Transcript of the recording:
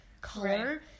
color